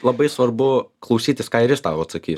labai svarbu klausytis ką ir jis tau atsakys